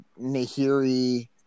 Nahiri